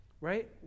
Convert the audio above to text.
right